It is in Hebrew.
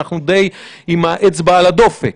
אנחנו די עם האצבע על הדופק.